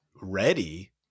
ready